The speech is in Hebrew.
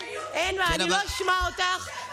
תשמעי אותי, אני לא אשמע אותך.